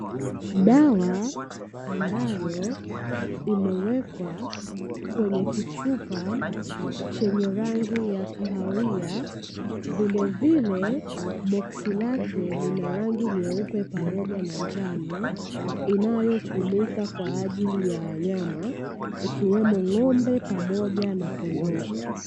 Dawa ambayo imewekwa kwenye kichupa chenye rangi ya kahawia, vilevile boksi lake lina rangi nyeupe pamoja na njano. Inayotumika kwa ajili ya wanyama ikiwemo ng'ombe pamoja na kondoo.